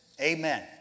amen